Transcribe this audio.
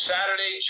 Saturday